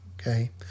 Okay